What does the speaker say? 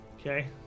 Okay